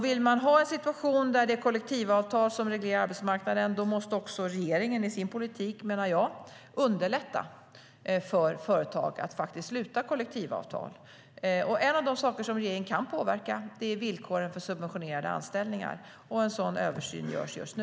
Vill man ha en situation där det är kollektivavtal som reglerar arbetsmarknaden måste också regeringen i sin politik, menar jag, underlätta för företag att faktiskt sluta kollektivavtal. En av de saker som regeringen kan påverka är villkoren för subventionerade anställningar, och en sådan översyn görs just nu.